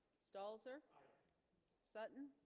stalls er sutton